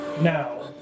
Now